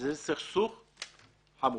שזה סכסוך חמולות.